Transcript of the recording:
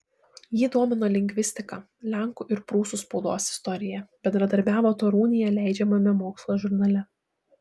jį domino lingvistika lenkų ir prūsų spaudos istorija bendradarbiavo torūnėje leidžiamame mokslo žurnale